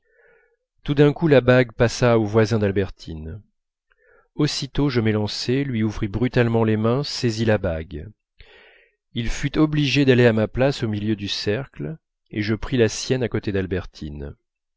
tout d'un coup la bague passa au voisin d'albertine aussitôt je m'élançai lui ouvris brutalement les mains saisis la bague il fut obligé d'aller à ma place au milieu du cercle et je pris la sienne à côté d'albertine